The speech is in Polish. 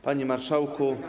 Panie Marszałku!